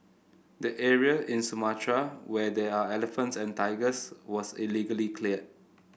the area in Sumatra where there are elephants and tigers was illegally cleared